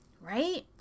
Right